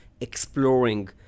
exploring